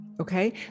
okay